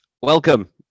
Welcome